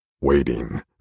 Waiting